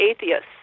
atheists